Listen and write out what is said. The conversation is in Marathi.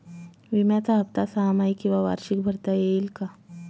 विम्याचा हफ्ता सहामाही किंवा वार्षिक भरता येईल का?